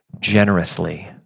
generously